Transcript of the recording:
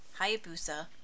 Hayabusa